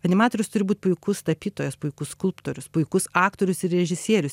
animatorius turi būt puikus tapytojas puikus skulptorius puikus aktorius ir režisierius